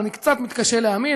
אבל אני קצת מתקשה להאמין.